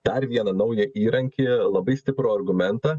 dar vieną naują įrankį labai stiprų argumentą